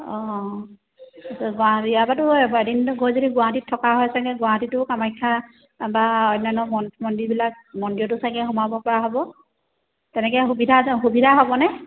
অঁ এতিয়া গুৱাহাটী ইয়াৰ পৰাতো এদিন গৈ যদি গুৱাহাটীত থকা হয় চাগে গুৱাহাটীতো কামাখ্যা বা অন্যান্য মন মন্দিৰবিলাক মন্দিৰটো চাগে সোমাব পৰা হ'ব তেনেকৈ সুবিধা সুবিধা হ'বনে